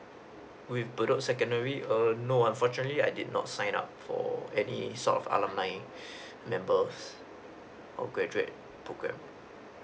with bedok secondary err no unfortunately I did not sign up for any sort of alumni members or graduate program